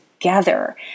together